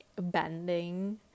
bending